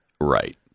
Right